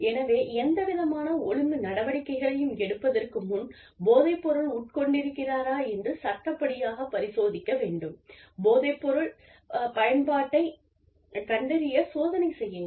எனவே எந்தவிதமான ஒழுங்கு நடவடிக்கைகளையும் எடுப்பதற்கு முன் போதைப்பொருள் உட்கொண்டிருக்கிறாரா என்று சட்டப்படியாக பரிசோதிக்க வேண்டும் போதைப்பொருள் பயன்பாட்டைக் கண்டறியச் சோதனை செய்யுங்கள்